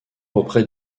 auprès